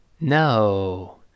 No